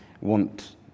want